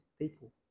people